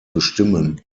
bestimmen